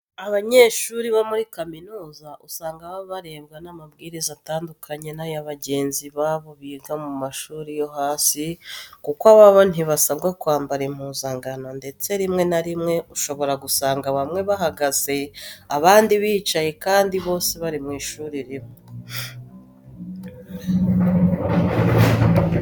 Abanyeshuri bo muri za kaminuza usanga baba barebwa n'amabwiriza atandukanye n'aya bagenzi babo biga mu mashuri yo hasi kuko aba bo ntibasabwa kwambara impuzankano ndetse rimwe na rimwe ushobora gusanga bamwe bahagaze abandi bicaye kandi bose bari mu ishuri rimwe.